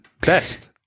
Best